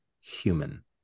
human